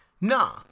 no